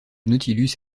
nautilus